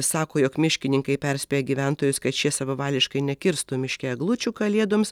sako jog miškininkai perspėja gyventojus kad šie savavališkai nekirstų miške eglučių kalėdoms